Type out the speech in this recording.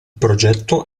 progetto